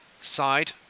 side